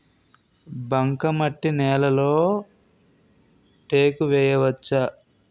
బంకమట్టి నేలలో టేకు వేయవచ్చా?